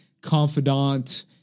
confidant